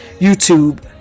YouTube